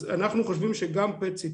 אנחנו חושבים שגם PET CT